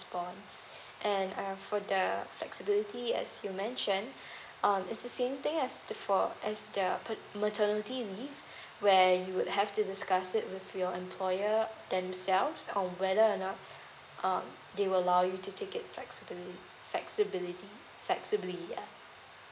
born and err for the flexibility as you mentioned um is the same thing as for as the pa~ maternity leave where you would have to discuss it with your employer themselves on whether or not um they will allow you to take it flexibly flexibility flexibly uh